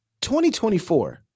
2024